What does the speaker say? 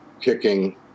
kicking